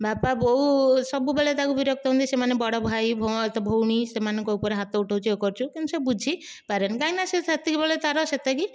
ବାପା ବୋଉ ସବୁବେଳେ ତାକୁ ବିରକ୍ତ ହୁଅନ୍ତି ସେମାନେ ବଡ଼ ଭାଇ ଭୋ ତୋ ଭଉଣୀ ସେମାନଙ୍କ ଉପରେ ହାତ ଉଠଉଛୁ ଇଏ କରୁଛୁ କିନ୍ତୁ ସିଏ ବୁଝିପାରେନି କାହିଁକିନା ସିଏ ସେତିକି ବେଳେ ତା'ର ସେତିକି